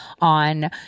on